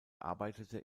arbeitete